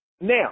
Now